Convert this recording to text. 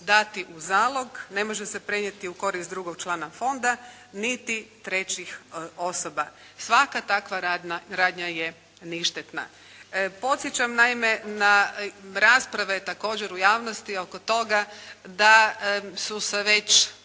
dati u zalog, ne može se prenijeti u korist drugog člana fonda niti trećih osoba. Svaka takva radnja je ništetna. Podsjećam naime na rasprave također u javnosti oko toga da su se već